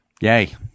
yay